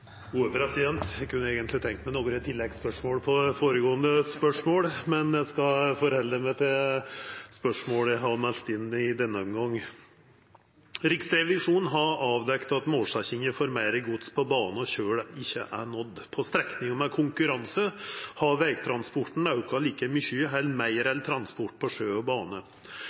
spørsmålet eg har meldt inn, i denne omgangen: «Riksrevisjonen har avdekt at målsetjingane for meir gods på bane og kjøl ikkje er nådde. På strekningar med konkurranse har vegtransporten auka like mykje eller meir enn transport på sjø og bane.